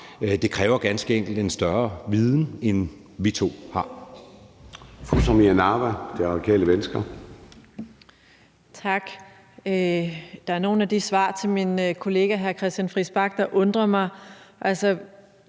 Det kræver ganske enkelt en større viden, end vi to har.